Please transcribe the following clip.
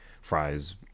fries